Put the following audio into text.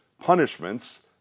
punishments